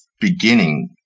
beginning